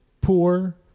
poor